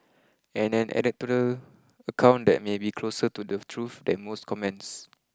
and an anecdotal account that may be closer to the truth than most comments